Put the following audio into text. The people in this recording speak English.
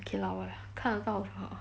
okay lah 看得到就好